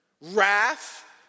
wrath